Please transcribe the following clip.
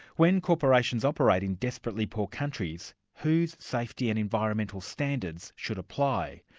when corporations operate in desperately poor countries, whose safety and environmental standards should apply?